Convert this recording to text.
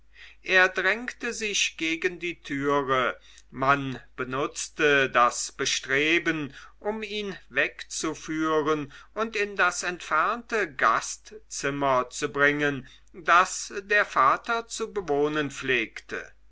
er drängte sich gegen die türe man benutzte das bestreben um ihn wegzuführen und in das entfernte gastzimmer zu bringen das der vater zu bewohnen pflegte